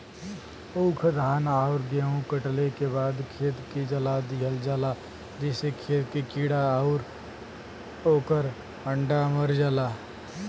ऊख, धान आउर गेंहू कटले के बाद खेत के जला दिहल जाला जेसे खेत के कीड़ा आउर ओकर अंडा मर जाला